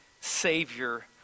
savior